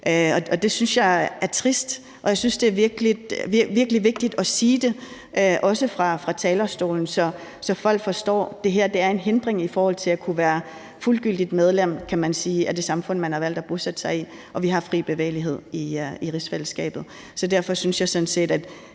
det er virkelig også vigtigt at sige det fra talerstolen, så folk forstår, at det her er en hindring i forhold til at kunne være fuldgyldigt medlem, kan man sige, af det samfund, man har valgt at bosætte sig i, og vi har fri bevægelighed i rigsfællesskabet.